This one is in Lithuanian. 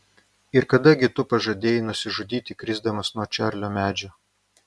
ir kada gi tu pažadėjai nusižudyti krisdamas nuo čarlio medžio